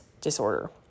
disorder